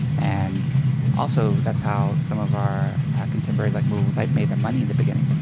and also that's how some of our contemporaries like moveable type made their money in the beginning.